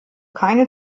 keine